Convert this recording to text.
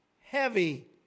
heavy